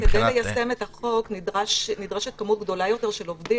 כדי ליישם את החוק נדרש מספר גדול יותר של עובדים